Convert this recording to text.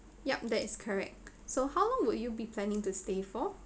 yup that is correct so how long will you be planning to stay for